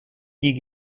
die